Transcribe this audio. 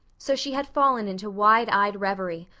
so she had fallen into wide-eyed reverie,